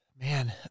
Man